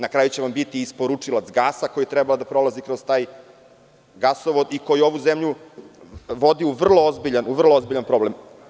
Na kraju će vam biti isporučilac gasa koji je trebao da prolazi kroz taj gasovod i koji ovu zemlju vodi u vrlo ozbiljan problem.